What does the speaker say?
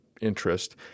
interest